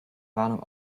warnung